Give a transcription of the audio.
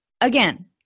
Again